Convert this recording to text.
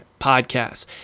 podcasts